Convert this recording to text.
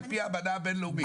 לפי האמנה הבינלאומית.